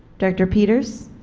director peters